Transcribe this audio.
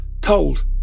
told